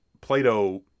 Plato